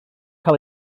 cael